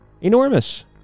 Enormous